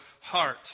heart